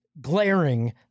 glaring